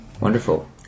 Wonderful